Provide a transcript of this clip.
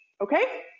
okay